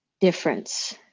difference